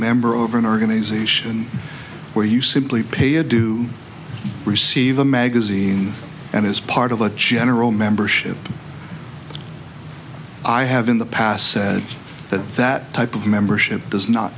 member of an organisation where you simply pay a do receive a magazine and is part of a general membership i have in the past said that that type of membership does not